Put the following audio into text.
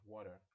Water